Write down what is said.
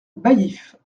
baillif